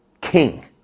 King